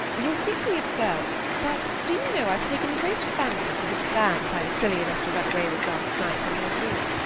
you'll think me absurd, but do you know i've taken a great fancy to this fan that i was silly enough to run away with last night from your ball.